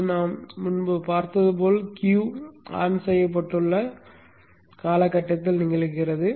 இது நாம் முன்பு பார்த்தது போல் Q ஆன் செய்யப்பட்டுள்ள காலகட்டத்தில் நிகழ்கிறது